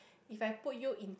if I put you in